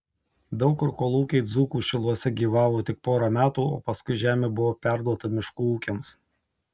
daug kur kolūkiai dzūkų šiluose gyvavo tik porą metų o paskui žemė buvo perduota miškų ūkiams